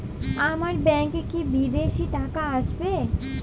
আমার ব্যংকে কি বিদেশি টাকা আসবে?